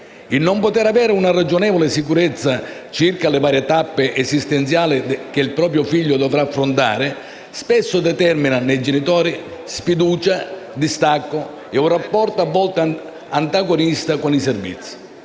di non poter avere una ragionevole sicurezza circa le varie tappe esistenziali che il proprio figlio dovrà affrontare, spesso determina nei genitori sfiducia, distacco e un rapporto a volte antagonistico con i servizi.